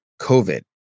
COVID